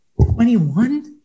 21